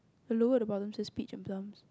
the lower the bottom say speech at times